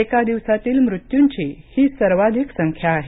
एका दिवसातील मृत्यूंची ही सर्वाधिक संख्या आहे